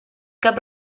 cap